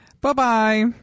bye-bye